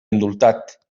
indultat